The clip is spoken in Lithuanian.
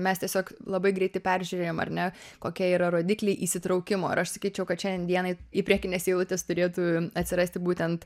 mes tiesiog labai greitai peržiūrėjom ar ne kokie yra rodikliai įsitraukimo ir aš sakyčiau kad šiandien dienai į priekines eilutes turėtų atsirasti būtent